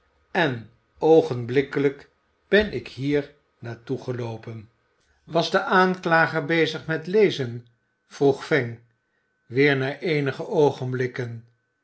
en oogenblikkelijk ben ik hier naar toe geloopen was de aanklager bezig met lezen vroeg fang weer na eenige oogenblikken